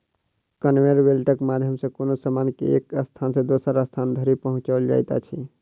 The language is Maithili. कन्वेयर बेल्टक माध्यम सॅ कोनो सामान के एक स्थान सॅ दोसर स्थान धरि पहुँचाओल जाइत अछि